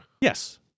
Yes